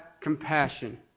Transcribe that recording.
compassion